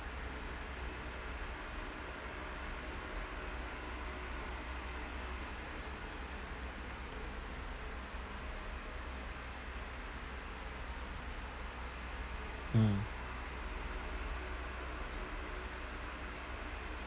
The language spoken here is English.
mm